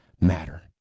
matter